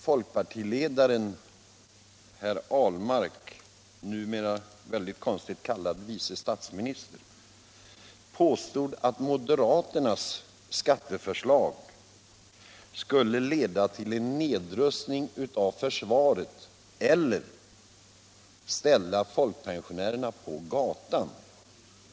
Folkpartiledaren herr Ahlmark —- numera rätt konstigt kallad vice statsminister — påstod att moderaternas skatteförslag skulle leda till en nedrustning av försvaret eller ställa folkpensionärerna på gatan.